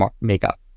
makeup